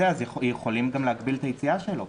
אז יכולים גם להגביל את היציאה שלו.